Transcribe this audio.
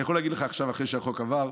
אני יכול להגיד לך עכשיו, אחרי שהחוק עבר,